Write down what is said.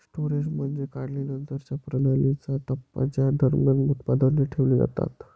storage म्हणजे काढणीनंतरच्या प्रणालीचा टप्पा ज्या दरम्यान उत्पादने ठेवली जातात